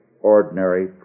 ordinary